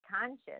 conscious